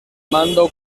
mando